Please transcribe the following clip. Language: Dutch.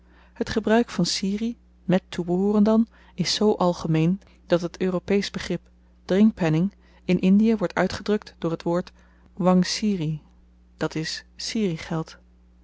het gebruik van sirie met toebehooren dan is zoo algemeen dat het europeesch begrip drinkpenning in indie wordt uitgedrukt door t woord wang sirih d i